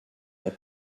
are